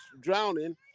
drowning